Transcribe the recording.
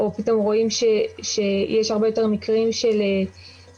או פתאום רואים שיש הרבה יותר מקרים של אובדן